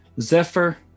Zephyr